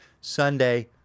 Sunday